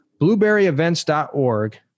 BlueberryEvents.org